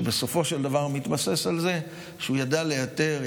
שבסופו של דבר מתבסס על זה שהוא ידע להיעתר,